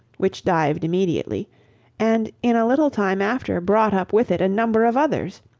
which dived immediately and, in a little time after, brought up with it a number of others.